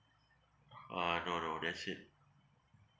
uh no no that's it